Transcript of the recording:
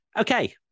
Okay